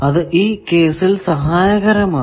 അത് ഈ കേസിൽ സഹായകരമാണ്